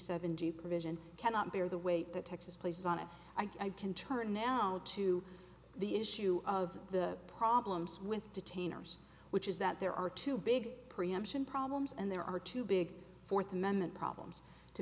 seven do provision cannot bear the weight that texas plays on it i can turn now to the issue of the problems with detainers which is that there are two big preemption problems and there are two big fourth amendment problems to